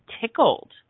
tickled